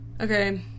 Okay